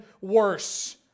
worse